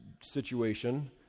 situation